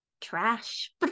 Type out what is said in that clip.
trash